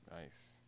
Nice